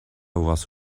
was